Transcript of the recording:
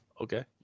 Okay